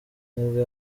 nibwo